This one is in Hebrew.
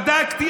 בדקתי,